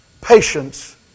patience